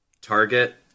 Target